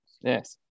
yes